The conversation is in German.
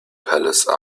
palace